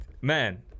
Man